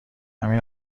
همین